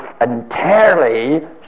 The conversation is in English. entirely